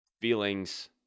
feelings